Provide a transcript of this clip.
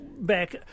back